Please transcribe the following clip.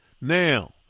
now